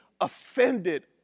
offended